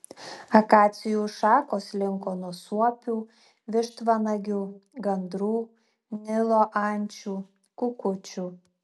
akacijų šakos linko nuo suopių vištvanagių gandrų nilo ančių kukučių